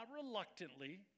reluctantly